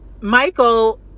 Michael